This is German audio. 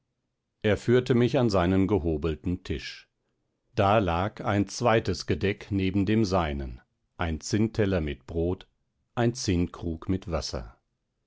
er führte mich an seinen gehobelten tisch da lag ein zweites gedeck neben dem seinen ein zinnteller mit brot ein zinnkrug mit wasser